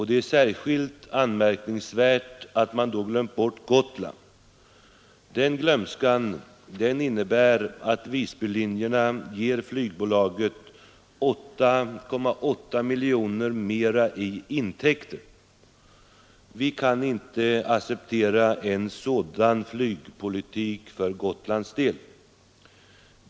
Det är särskilt anmärkningsvärt att man glömt bort Gotland. Den glömskan innebär att Visbylinjerna ger flygbolaget 8,8 miljoner mer i intäkter. Vi kan inte acceptera en sådan flygpolitik för Gotlands del.